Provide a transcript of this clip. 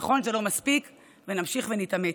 נכון, זה לא מספיק, ונמשיך ונתאמץ.